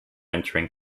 entering